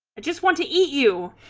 it just wanted you